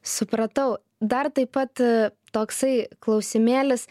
supratau dar taip pat toksai klausimėlis